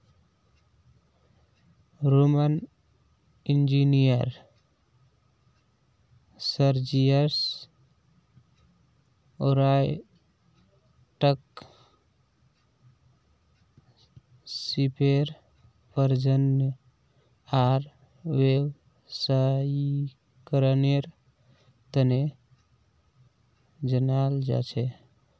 Roman engineer Sergius ओराटाक सीपेर प्रजनन आर व्यावसायीकरनेर तने जनाल जा छे